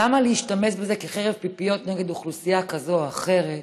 למה להשתמש בזה כחרב כנגד אוכלוסייה כזו או אחרת?